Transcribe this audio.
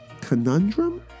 conundrum